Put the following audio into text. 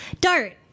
Dart